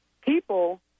people